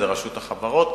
זה רשות החברות.